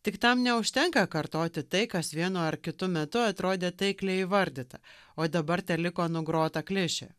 tik tam neužtenka kartoti tai kas vienu ar kitu metu atrodė taikliai įvardyta o dabar teliko nugrota klišė